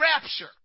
rapture